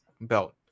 belt